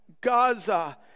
Gaza